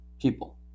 people